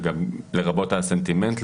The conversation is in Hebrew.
לרבות הסנטימנט,